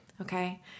okay